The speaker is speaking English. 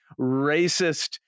racist